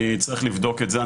אני צריך לבדוק את זה.